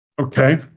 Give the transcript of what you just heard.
Okay